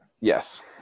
Yes